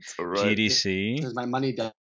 GDC